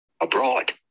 abroad